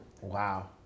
Wow